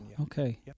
okay